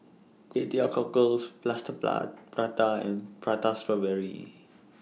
Kway Teow Cockles Plaster Plat Prata and Prata Strawberry